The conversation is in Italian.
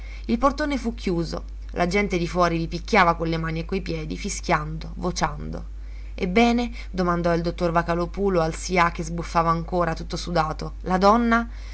il portone fu chiuso la gente di fuori vi picchiava con le mani e coi piedi fischiando vociando ebbene domandò il dottor vocalòpulo al sià che sbuffava ancora tutto sudato la donna